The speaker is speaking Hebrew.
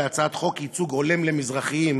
להצעת חוק ייצוג הולם למזרחים